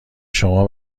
شما